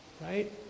Right